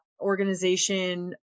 organization